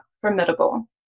formidable